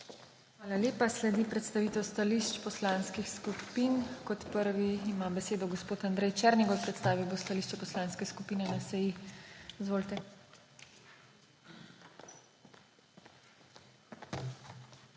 Hvala lepa. Sledi predstavitev stališč poslanskih skupin. Kot prvi ima besedo gospod Andrej Černigoj, predstavil bo stališče Poslanske skupine NSi. Izvolite.